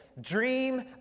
Dream